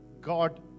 God